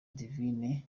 divine